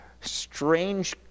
strange